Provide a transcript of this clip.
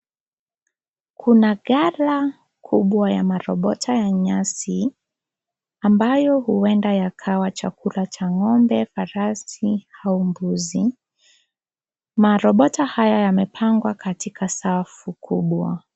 Kuna gala kubwa ya marobota ya nyasi.,ambayo huenda yakawa chakula cha ng'ombe, farasi au mbuzi. Marobota haya yamepangwa katika safu kubwa.